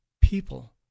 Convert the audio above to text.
people